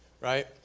Right